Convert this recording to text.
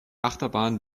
achterbahn